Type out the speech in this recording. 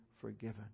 forgiven